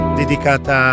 dedicata